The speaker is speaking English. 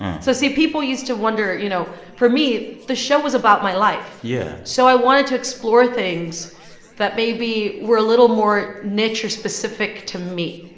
so see. people used to wonder, you know for me, the show was about my life yeah so i wanted to explore things that maybe were a little more niche or specific to me,